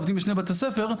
עובדים בשני בתי ספר,